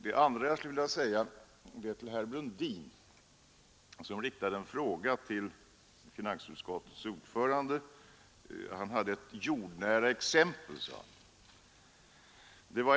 Det andra jag skulle vilja säga riktar sig till herr Brundin, som ställde en fråga till finansutskottets ordförande. Herr Brundin sade att han ville ge ett jordnära exempel.